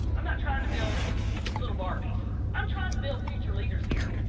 i'm not trying to build little barbies. i'm trying to build future leaders here.